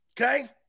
Okay